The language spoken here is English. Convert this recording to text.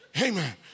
Amen